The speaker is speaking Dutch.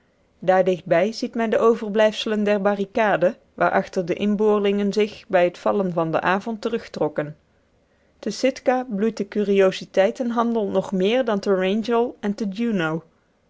daar dichtbij ziet men de overblijfselen der barricade waarachter de inboorlingen zich bij het vallen van den avond terugtrokken te sitka bloeit de curiositeitenhandel nog meer dan te wrangell en te